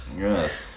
Yes